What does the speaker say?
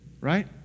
right